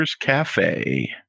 Cafe